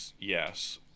yes